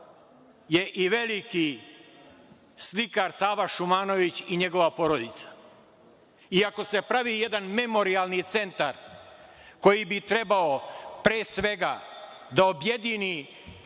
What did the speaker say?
je i veliki slikar Sava Šumanović i njegova porodica. Ako se pravi jedan memorijalni centar koji bi trebao, pre svega, da objedini